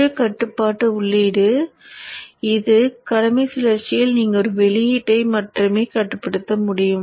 ஒரு கட்டுப்பாட்டு உள்ளீடு இது கடமை சுழற்சியில் நீங்கள் ஒரு வெளியீட்டை மட்டுமே கட்டுப்படுத்த முடியும்